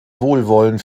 wohlwollen